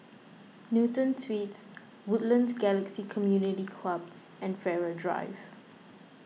Newton Suites Woodlands Galaxy Community Club and Farrer Drive